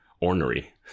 ornery